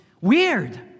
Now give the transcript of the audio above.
Weird